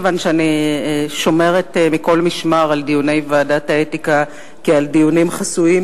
כיוון שאני שומרת מכל משמר על דיוני ועדת האתיקה כעל דיונים חסויים,